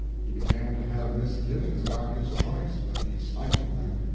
he began to have misgivings about his choice, but he stifled them.